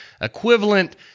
equivalent